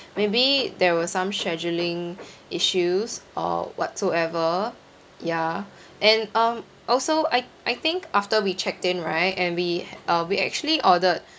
maybe there were some scheduling issues or whatsoever ya and um also I I think after we checked in right and we uh we actually ordered